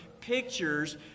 pictures